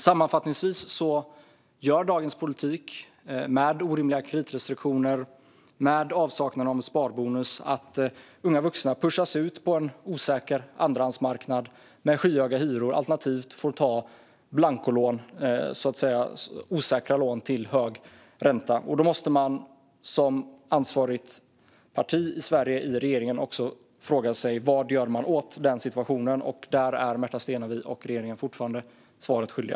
Sammanfattningsvis gör dagens politik med orimliga kreditrestriktioner och en avsaknad av en sparbonus att unga vuxna pushas ut på en osäker andrahandsmarknad med skyhöga hyror, alternativt får ta blancolån - osäkra lån - till hög ränta. Ett parti i Sveriges regering som tar ansvar måste fråga sig vad man gör åt situationen. Där är Märta Stenevi och regeringen fortfarande svaret skyldiga.